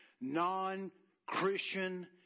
non-Christian